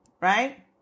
right